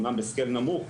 אמנם בתדירות נמוכה,